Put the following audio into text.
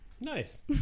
nice